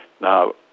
Now